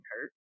hurt